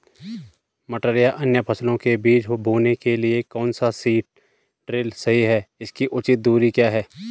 मटर या अन्य फसलों के बीज बोने के लिए कौन सा सीड ड्रील सही है इसकी उचित दूरी क्या है?